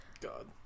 God